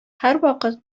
һәрвакыт